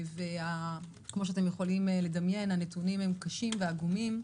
כפי שאתם יכולים לדמיין, הנתונים קשים ועגומים,